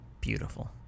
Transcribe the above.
beautiful